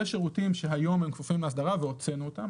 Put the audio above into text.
יש שירותים שהיום הם כפופים לאסדרה והוצאנו אותם.